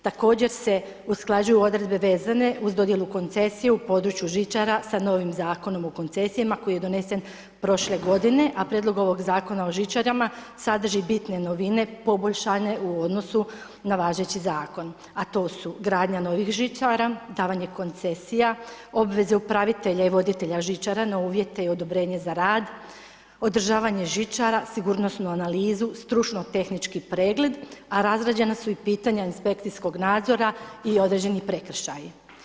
Također se usklađuju odredbe vezane uz dodjelu koncesija u području žičara sa novim Zakonom o koncesijama koji je donesen prošle godine a Prijedlog ovog zakona o žičarama sadrži bitne novine poboljšane u odnosu na važeći zakon a to su gradnja novih žičara, davanje koncesija, obveze upravitelja i voditelja žičara na uvjete i odobrenje za rad, održavanje žičara, sigurnosnu analizu, stručno tehnički pregled a razrađena su i pitanja inspekcijskog nadzora i određeni prekršaji.